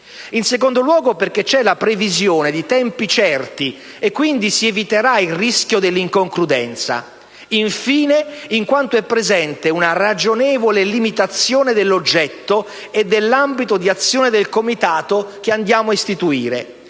in secondo luogo, perché c'è la previsione di tempi certi e quindi si eviterà il rischio dell'inconcludenza; infine, in quanto è presente una ragionevole limitazione dell'oggetto e dell'ambito di azione del Comitato che andiamo a istituire: